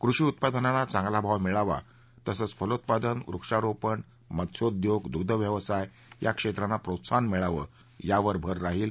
कृषी उत्पादनांना चांगला भाव मिळावा तसंच फलोत्पादन वृक्षारोपण मत्स्योद्योग दुग्धव्यवसाय या क्षेत्रांना प्रोत्साहन मिळावं यावर भर राहिल